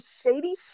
shady